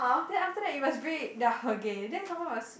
then after that you must break then okay then some more you must